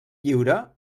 lliure